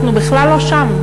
אנחנו בכלל לא שם.